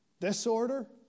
disorder